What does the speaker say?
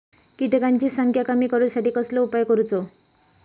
किटकांची संख्या कमी करुच्यासाठी कसलो उपाय करूचो?